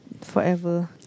Forever